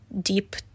deep